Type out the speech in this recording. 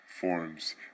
forms